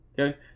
Okay